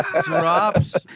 Drops